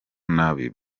nabi